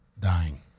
dying